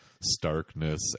starkness